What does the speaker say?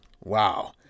Wow